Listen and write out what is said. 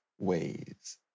ways